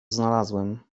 znalazłem